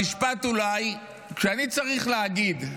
המשפט שאני צריך אולי להגיד,